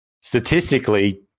statistically